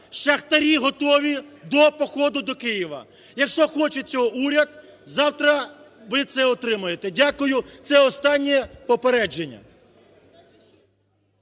Шахтарі готові до походу до Києва. Якщо хоче цього уряд завтра ви це отримаєте. Дякую. Це останнє попередження.